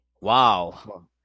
Wow